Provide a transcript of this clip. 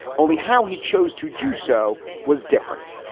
only how he chose to do so was different.